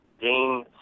Dean